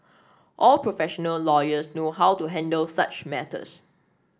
all professional lawyers know how to handle such matters